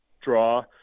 draw